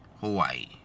Hawaii